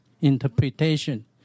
interpretation